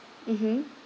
mmhmm